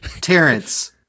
Terrence